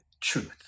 truth